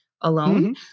alone